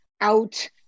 out